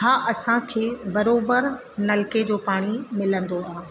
हा असांखे बराबरि नलिके जो पाणी मिलंदो आहे